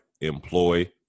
employ